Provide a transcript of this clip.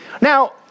Now